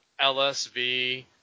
LSV